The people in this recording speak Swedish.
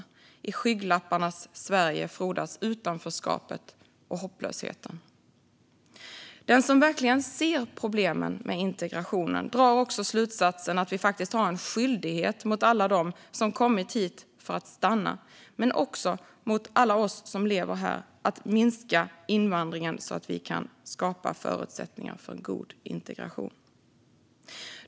Och i skygglapparnas Sverige frodas utanförskapet och hopplösheten. Den som verkligen ser problemen med integrationen drar slutsatsen att vi faktiskt har en skyldighet mot alla dem som kommit hit för att stanna, men också mot alla oss som lever här, att minska invandringen så att vi kan skapa förutsättningar för en god integration.